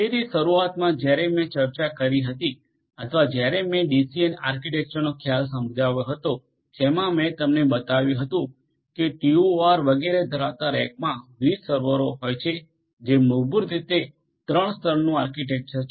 તેથી શરૂઆતમાં જ્યારે મેં ચર્ચા કરી હતી અથવા જ્યારે મેં ડીસીએન આર્કિટેક્ચરનો ખ્યાલ સમજાવ્યો હતો જેમા મેં તમને બતાવ્યું હતું કે ટીઓઆર વગેરે ધરાવતા રેકમાં વિવિધ સર્વરો હોય છે જે મૂળભૂત રીતે 3 સ્તરનું આર્કિટેક્ચર છે